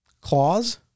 claws